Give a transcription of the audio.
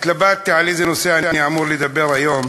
התלבטתי על איזה נושא אני אמור לדבר היום,